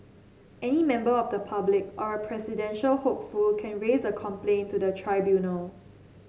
any member of the public or a presidential hopeful can raise a complaint to the tribunal